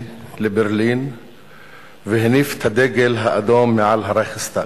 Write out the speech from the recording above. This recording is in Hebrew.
לברלין והניף את הדגל האדום מעל הרייכסטג.